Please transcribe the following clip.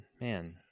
man